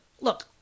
Look